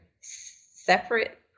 separate